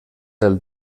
del